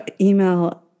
email